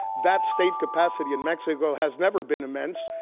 that state capacity in mexico has never been immense,